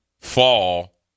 fall